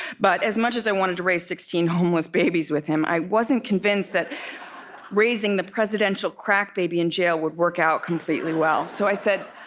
but as much as i wanted to raise sixteen homeless babies with him, i wasn't convinced that raising the presidential crack baby in jail would work out completely well. so i said,